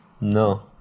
No